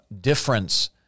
difference